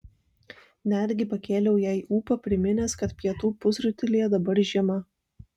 netgi pakėliau jai ūpą priminęs kad pietų pusrutulyje dabar žiema